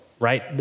right